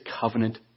covenant